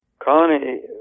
Connie